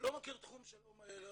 לא מכיר תחום שלא